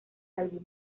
álbum